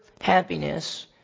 happiness